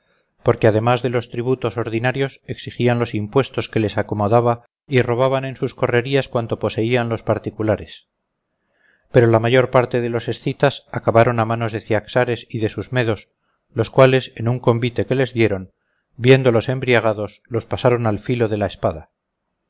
porque además de los tributos ordinarios exigían los impuestos que les acomodaba y robaban en sus correrías cuanto poseían los particulares pero la mayor parte de los escitas acabaron a manos de ciaxares y de sus medos los cuales en un convite que les dieron viéndolos embriagados los pasaron al filo de la espada